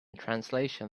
translation